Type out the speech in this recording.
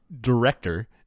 director